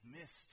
missed